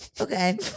Okay